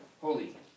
holy